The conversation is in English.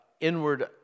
inward